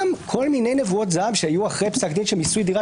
גם כל מיני נבואות זעם שהיו אחרי פסק דין של מיסוי דירה